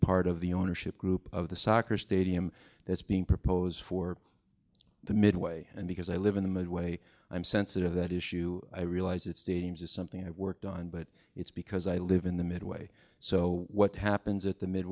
part of the ownership group of the soccer stadium that's being proposed for the midway and because i live in the midway i'm sensitive that issue i realize it's stadiums is something i've worked on but it's because i live in the midway so what happens at the mid